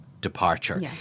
departure